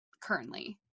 currently